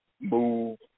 move